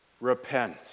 Repent